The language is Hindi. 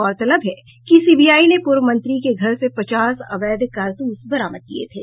गौरतलब है कि सीबीआई ने पूर्व मंत्री के घर से पचास अवैध कारतूस बरामद किये थे